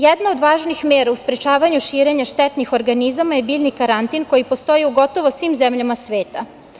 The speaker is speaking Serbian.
Jedna od važnih mera u sprečavanju širenja štetnih organizama je biljni karantin, koji postoji u gotovo svim zemljama sveta.